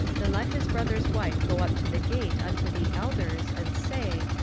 then let his brother's wife go up to the gate unto the elders, and say,